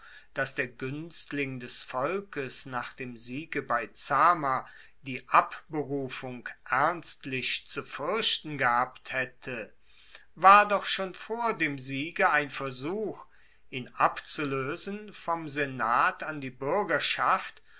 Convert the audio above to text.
dass der guenstling des volkes nach dem siege bei zama die abberufung ernstlich zu fuerchten gehabt haette war doch schon vor dem siege ein versuch ihn abzuloesen vom senat an die buergerschaft